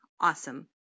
Awesome